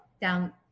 down